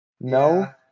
no